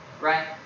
right